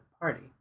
party